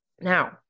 Now